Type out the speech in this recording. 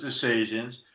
decisions